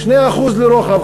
2% לרוחב,